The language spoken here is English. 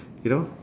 you know